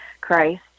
Christ